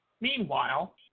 Meanwhile